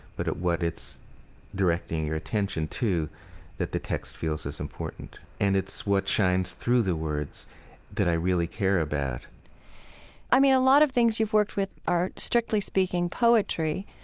but what it's directing your attention to that the text feels is important. and it's what shines through the words that i really care about i mean, a lot of things you've worked with are, strictly speaking, poetry.